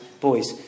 boys